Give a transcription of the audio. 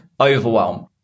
overwhelm